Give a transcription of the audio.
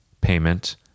payment